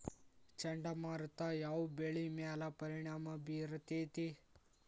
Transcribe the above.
ಚಂಡಮಾರುತ ಯಾವ್ ಬೆಳಿ ಮ್ಯಾಲ್ ಪರಿಣಾಮ ಬಿರತೇತಿ?